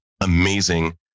amazing